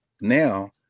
now